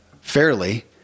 fairly